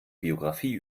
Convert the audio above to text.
biografie